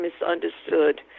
misunderstood